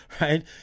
Right